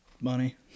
money